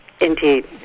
Indeed